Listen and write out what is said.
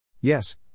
Yes